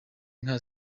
inka